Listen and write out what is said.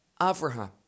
Avraham